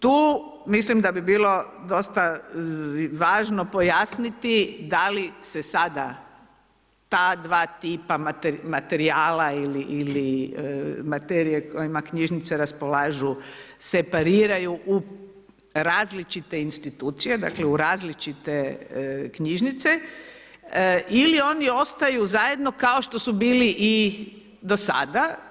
Tu mislim da bi bilo dosta važno pojasniti da li se sada ta dva tipa materijala ili materije kojima knjižnice polažu se pariraju u različite insinuacije, dakle, u različite knjižnice ili oni ostaju zajedno, kao što su bili i dosada.